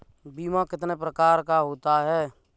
बीमा कितने प्रकार का होता है?